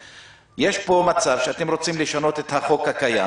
יש פה מצב שאתם רוצים לשנות את החוק הקיים